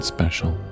Special